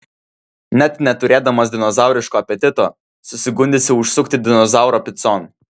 net neturėdamas dinozauriško apetito susigundysi užsukti dinozauro picon